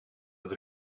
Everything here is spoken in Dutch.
het